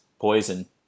poison